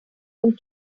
from